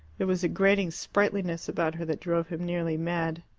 there was a grating sprightliness about her that drove him nearly mad.